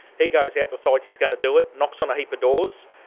he goes out, decides he's going to do it, knocks on a heap of doors,